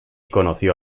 conoció